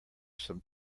some